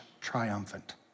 triumphant